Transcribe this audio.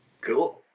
Cool